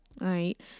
right